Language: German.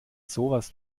sowas